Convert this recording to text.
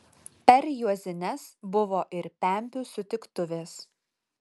per juozines buvo ir pempių sutiktuvės